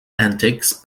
antics